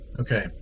Okay